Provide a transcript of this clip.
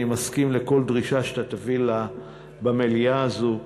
אני מסכים לכל דרישה שאתה תביא במליאה הזו,